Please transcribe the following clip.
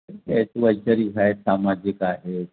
वैचारिक हायत सामाजिक आहेत